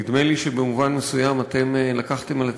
נדמה לי שבמובן מסוים אתם לקחתם על עצמכם,